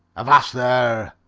avast there!